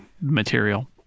material